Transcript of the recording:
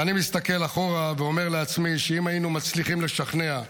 ואני מסתכל אחורה ואומר לעצמי שאם היינו מצליחים לשכנע,